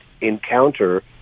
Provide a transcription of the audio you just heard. encounter